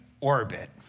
orbit